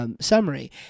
Summary